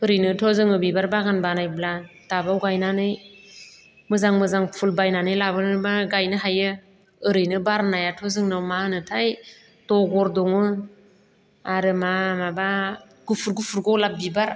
ओरैनोथ' जोङो बिबार बागान बानायब्ला थाबाव गायनानै मोजां मोजां फुल बायनानै लाबोनानै गायनो हायो ओरैनो बारनायाथ' जोंनाव मा होनोथाय थगर दं आरो मा माबा गुफुर गुफुर गलाब बिबार